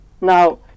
Now